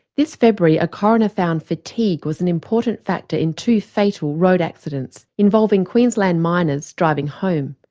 this february a coroner found fatigue was an important factor in two fatal road accidents involving queensland miners driving home.